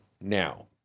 now